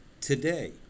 today